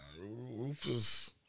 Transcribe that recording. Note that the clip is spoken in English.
Rufus